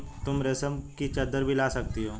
तुम रेशम की चद्दर भी ला सकती हो